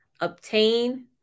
obtain